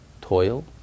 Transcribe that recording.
toil